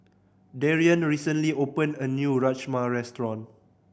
Darien recently opened a new Rajma Restaurant